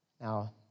Now